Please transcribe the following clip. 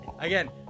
again